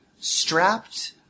strapped